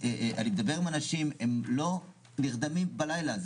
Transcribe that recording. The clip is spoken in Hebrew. אני מדבר עם אנשים, הם לא נרדמים בלילה.